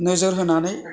नोजोर होनानै